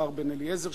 השר בן-אליעזר,